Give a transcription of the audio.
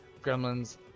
Gremlins